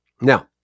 Now